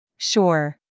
Sure